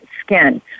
skin